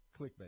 clickbait